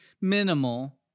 minimal